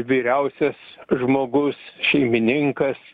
vyriausias žmogus šeimininkas